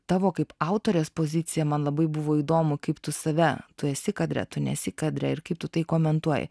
tavo kaip autorės pozicija man labai buvo įdomu kaip tu save tu esi kadre tu nesi kadre ir kaip tu tai komentuoji